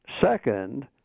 Second